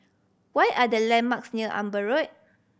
what are the landmarks near Amber Road